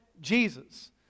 Jesus